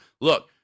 look